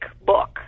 book